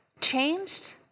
Changed